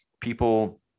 people